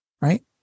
right